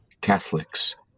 Catholics